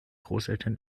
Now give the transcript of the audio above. großeltern